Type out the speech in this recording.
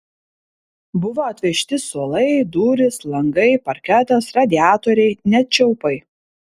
buvo atvežti suolai durys langai parketas radiatoriai net čiaupai